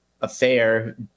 affair